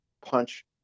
punch